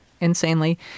insanely